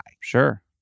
Sure